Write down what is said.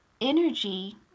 energy